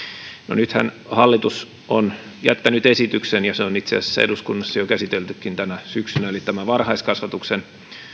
nythän hallitus on jättänyt esityksen ja se on itse asiassa eduskunnassa jo käsiteltykin tänä syksynä tämä varhaiskasvatuksen